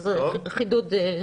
חידוד במקומו.